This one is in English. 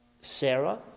Sarah